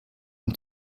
ihm